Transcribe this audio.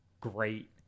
great